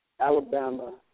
Alabama